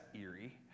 eerie